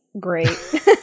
great